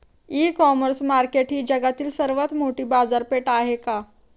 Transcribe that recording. इ commerce market ही जगातील सर्वात मोठी बाजारपेठ आहे का?